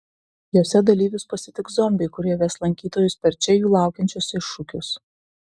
jose dalyvius pasitiks zombiai kurie ves lankytojus per čia jų laukiančius iššūkius